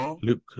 Luke